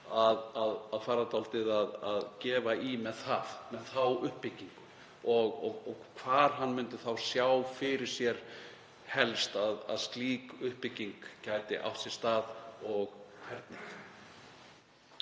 að fara að gefa í með þá uppbyggingu og hvar hann myndi þá sjá fyrir sér helst að slík uppbygging gæti átt sér stað og hvernig.